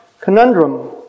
conundrum